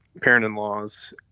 parent-in-law's